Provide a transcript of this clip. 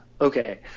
Okay